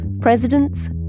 presidents